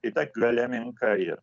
ir taip galia menka yra